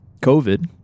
COVID